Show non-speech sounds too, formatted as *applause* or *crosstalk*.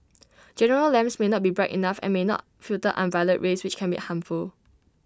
*noise* general lamps may not be bright enough and may not filter ultraviolet rich which can be harmful